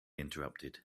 interrupted